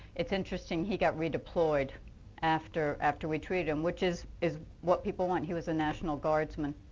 it's interesting he got redeployed after after we treated him, which is is what people want he was a national guardsman.